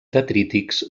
detrítics